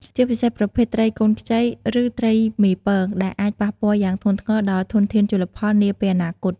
ជាពិសេសប្រភេទត្រីកូនខ្ចី ឬត្រីមេពង ដែលអាចប៉ះពាល់យ៉ាងធ្ងន់ធ្ងរដល់ធនធានជលផលនាពេលអនាគត។